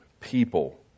people